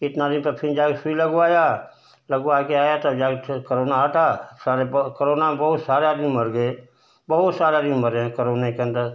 इतना दिन पर फिर जा कर सुई लगवाया लगवा कर आया तब जा कर फिर करोना हटा सारे करोना में बहुत सारे आदमी मर गए बहुत सारे आदमी मर गऍ करोने के अंदर